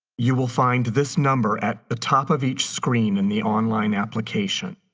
you will find this number at the top of each screen in the online application.